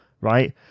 right